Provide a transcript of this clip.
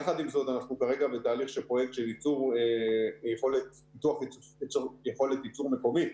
יחד עם זאת אנחנו כרגע בתהליך של פרויקט של פיתוח יכולת ייצור מקומית